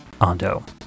Ando